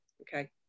Okay